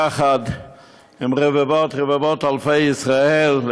יחד עם רבבות רבבות אלפי ישראל,